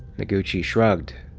noguchi shrugged.